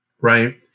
right